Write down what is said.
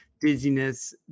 dizziness